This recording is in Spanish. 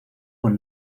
con